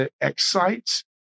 excites